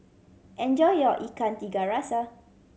enjoy your Ikan Tiga Rasa